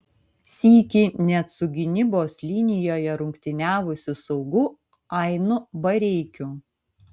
sykį net su gynybos linijoje rungtyniavusiu saugu ainu bareikiu